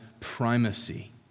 primacy